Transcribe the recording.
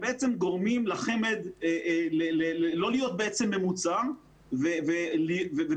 גורמים לחמ"ד לא להיות בעצם ממוצע ובגלל